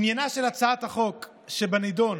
עניינה של הצעת החוק שבנדון